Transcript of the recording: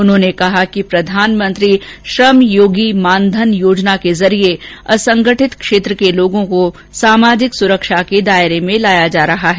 उन्होंने कहा कि प्रधानमंत्री श्रम योगी मानधन योजना के जरिये असंगठित क्षेत्र के लोगों को सामाजिक सुरक्षा के दायरे में लाया जा रहा है